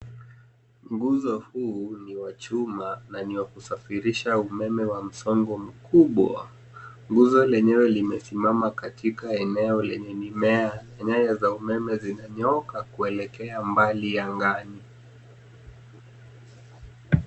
Nguzo huu ni wa chuma na ni wa kusafirisha umeme wa msongo mkubwa. Nguzo lenyewe limesimama katika eneo lenye mimea. Nyaya za umeme zimenyooka kuelekea mbali angani.